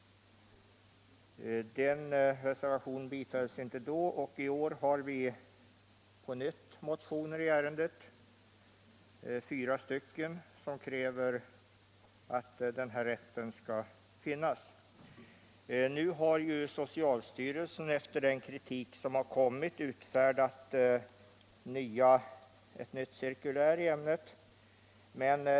Den reservationen bifölls inte, och i år har det kommit nya motioner, fyra stycken, som kräver att den här rätten skall finnas. Nu har socialstyrelsen efter den kritik som har kommit utfärdat ett nytt cirkulär i ämnet.